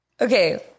Okay